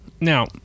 Now